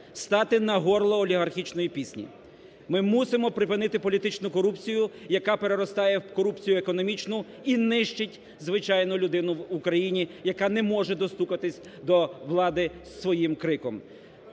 стати на горло олігархічної пісні. Ми мусимо припинити політичну корупцію, яка переростає в корупцію економічну і нищить звичайну людину в Україні, яка не може достукатись до влади своїм криком.